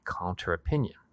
counter-opinion